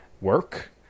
work